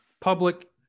public